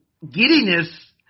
giddiness